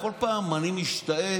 בכל פעם אני משתאה